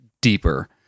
deeper